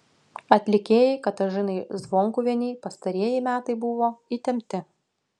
atlikėjai katažinai zvonkuvienei pastarieji metai buvo įtempti